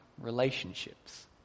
relationships